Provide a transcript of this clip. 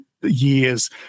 years